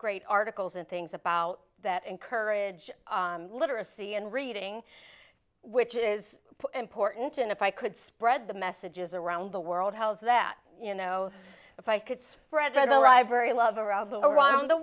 great articles and things about that encourage literacy and reading which is important and if i could spread the messages around the world how so that you know if i could spread the library love around the around the